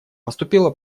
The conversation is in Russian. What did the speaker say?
поступила